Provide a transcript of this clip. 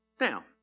Now